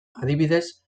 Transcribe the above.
adibidez